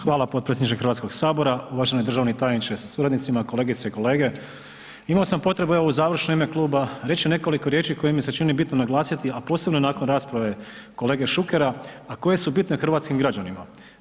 Hvala potpredsjedniče Hrvatskog sabora, uvaženi državni tajniče sa suradnicima, kolegice i kolege, imao sam potrebu evo u završno ime kluba reći nekoliko riječi koje mi se čini bitno naglasiti, a posebno nakon rasprave kolege Šukera, a koje su bitne hrvatskim građanima.